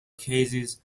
cases